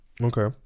okay